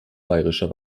bayerischer